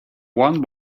one